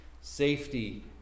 safety